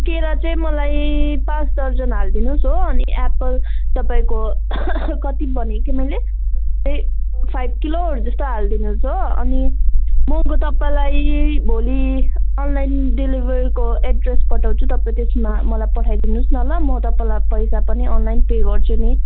केरा चाहिँ मलाई पाँच दर्जन हालिदिनुहोस् हो अनि एप्पल तपाईँको कति पो भनेको थिएँ मैले ए फाइभ किलोहरू जस्तो हालिदिनुहोस् हो अनि म तपाईँलाई भोलि अनलाइन डेलिभरको एड्रेस पठाउँछु तपाईँ त्यसमा मलाई पठाइदिनुहोस् न ल म तपाईँलाई पैसा पनि अनलाइन पे गर्छु नि